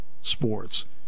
Sports